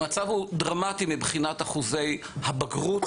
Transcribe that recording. המצב הוא דרמטי מבחינת אחוזי הבגרות.